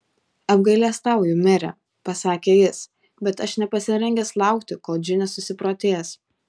apgailestauju mere pasakė jis bet aš nepasirengęs laukti kol džinė susiprotės